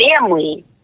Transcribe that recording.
family